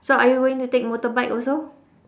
so are you going to take motorbike also